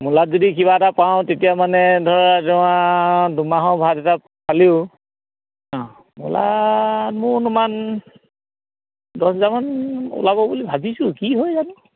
মূলাত যদি কিবা এটা পাওঁ তেতিয়া মানে ধৰা তোমাৰ দুমাহৰ ভাত এটা পালেও মূলাত মোৰ অনুমান দহ হাজাৰমান ওলাব বুলি ভাবিছোঁ কি হয় জানোঁ